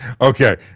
Okay